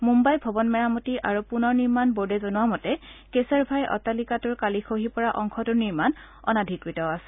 মুধাই ভৱন মেৰামতি আৰু পুননিৰ্মাণ বোৰ্ডে জনোৱা মতে কেশৰভাই অট্টালিকাটোৰ কালি খহি পৰা অংশটোৰ নিৰ্মাণ অনাধিকৃত আছিল